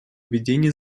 ведения